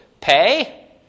pay